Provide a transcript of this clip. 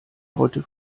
heute